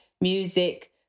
music